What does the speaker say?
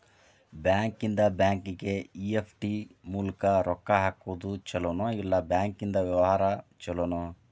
ಬ್ಯಾಂಕಿಂದಾ ಬ್ಯಾಂಕಿಗೆ ಇ.ಎಫ್.ಟಿ ಮೂಲ್ಕ್ ರೊಕ್ಕಾ ಹಾಕೊದ್ ಛಲೊನೊ, ಇಲ್ಲಾ ಬ್ಯಾಂಕಿಂದಾ ವ್ಯವಹಾರಾ ಛೊಲೊನೊ?